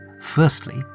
Firstly